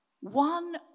one